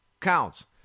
Counts